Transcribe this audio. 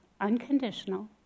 unconditional